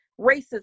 racism